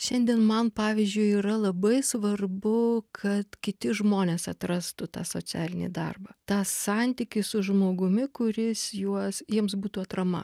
šiandien man pavyzdžiui yra labai svarbu kad kiti žmonės atrastų tą socialinį darbą tą santykį su žmogumi kuris juos jiems būtų atrama